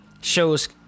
shows